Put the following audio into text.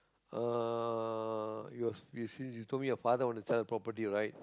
uh you you since you told me your father want to sell a property right